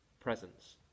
presence